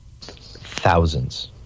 thousands